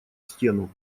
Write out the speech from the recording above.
стену